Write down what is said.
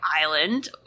Island